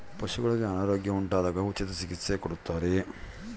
ಪಶುಗಳಿಗೆ ಅನಾರೋಗ್ಯ ಉಂಟಾದಾಗ ಉಚಿತ ಚಿಕಿತ್ಸೆ ಕೊಡುತ್ತಾರೆಯೇ?